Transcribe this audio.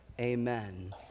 Amen